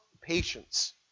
patience